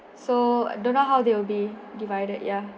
so don't know how they will be divided ya